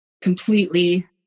completely